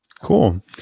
Cool